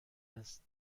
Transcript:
است